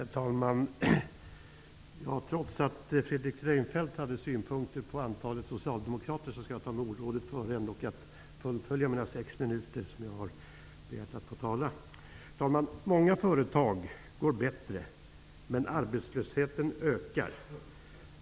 Herr talman! Trots att Fredrik Reinfeldt hade synpunkter på antalet socialdemokrater skall jag ändå ta mig före att fullfölja de sex minuter som jag har begärt att få tala. Herr talman! Många företag går bättre men arbetslösheten ökar.